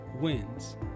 wins